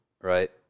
right